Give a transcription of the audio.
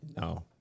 No